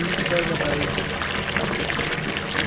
बीज दर बताई?